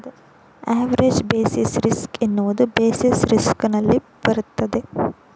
average basis risk ಎನ್ನುವುದು basis risk ನಲ್ಲಿ ಬರುತ್ತದೆ